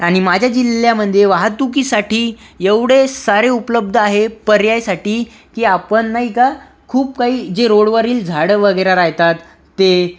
आणि माझ्या जिल्ह्यामध्ये वाहतुकीसाठी एवढे सारे उपलब्ध आहेत पर्यायसाठी की आपण नाही का खूप काही जे रोडवरील झाडं वगैरे राहतात ते